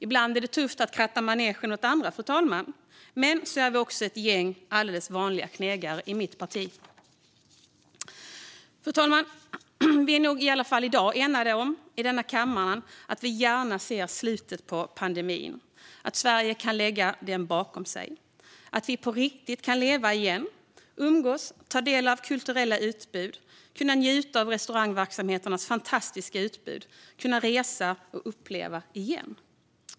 Ibland är det tufft att kratta manegen åt andra, fru talman, men så är vi också ett gäng alldeles vanliga knegare i mitt parti. Fru talman! I dag är vi i denna kammare nog eniga om att vi gärna ser slutet på pandemin, att Sverige kan lägga den bakom sig och att vi på riktigt kan leva igen, umgås, ta del av kulturella utbud, njuta av restaurangverksamheternas fantastiska utbud och resa och uppleva igen.